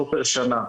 לא פר שנה.